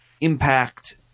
impact